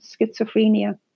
schizophrenia